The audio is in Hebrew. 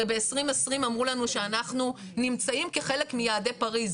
הרי ב-2020 אמרו לנו שאנחנו נמצאים כחלק מיעדי פריז,